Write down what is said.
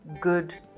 good